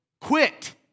Quit